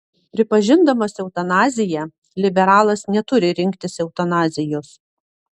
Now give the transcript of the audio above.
pripažindamas eutanaziją liberalas neturi rinktis eutanazijos